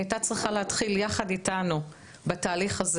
היא הייתה צריכה להתחיל יחד איתנו בתהליך הזה